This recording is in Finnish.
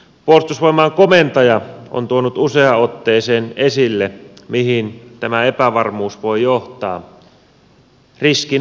puolustusvoimain komentaja on tuonut useaan otteeseen esille mihin tämä epävarmuus voi johtaa